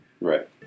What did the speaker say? Right